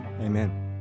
Amen